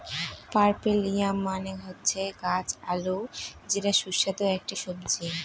purple yam মানে হচ্ছে গাছ আলু যেটা সুস্বাদু একটি সবজি